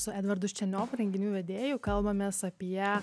su edvardu ščenioku renginių vedėju kalbamės apie